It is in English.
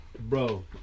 Bro